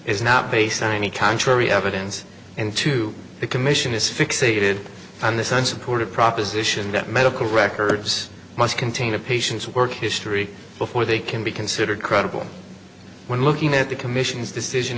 is not based on any contrary evidence and to the commission is fixated on this unsupported proposition that medical records must contain a patients work history before they can be considered credible when looking at the commission's decision